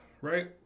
right